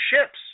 ships